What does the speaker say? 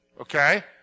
okay